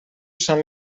són